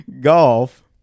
Golf